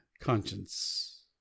conscience